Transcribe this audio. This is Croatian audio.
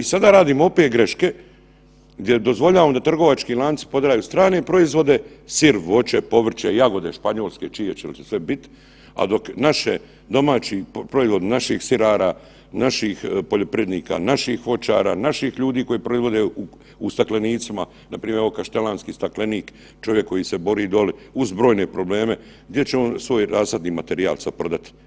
I sada radimo opet greške gdje dozvoljavamo da trgovački lanci prodaju strane proizvode, sir, voće, povrće, jagode španjolske i čije će mislim sve bit, a dok naše domaći, proizvodi naših sirara, naših poljoprivrednika, naših voćara, naših ljudi koji proizvode u staklenicima, npr. evo kaštelanski staklenik, čovjek koji se bori doli uz brojne probleme, gdje će on svoj rasad i materijal sad prodati?